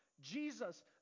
Jesus